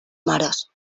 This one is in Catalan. mares